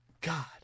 God